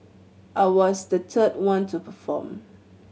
I was the third one to perform